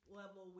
level